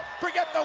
forget the